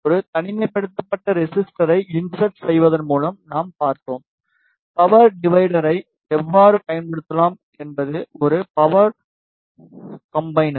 ஒரு தனிமைப்படுத்தப்பட்ட ரெசிஸ்டரை இன்சர்ட் செய்வதன் மூலம் நாம் பார்த்தோம் பவர் டிவைடரை எவ்வாறு பயன்படுத்தலாம் என்பது ஒரு பவர் கம்பைனர்